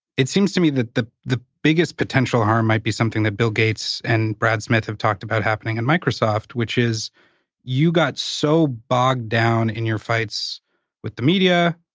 it seems to me that the the biggest potential harm might be something that bill gates and brad smith have talked about happening, and microsoft, which is you got so bogged down in your fights with the media,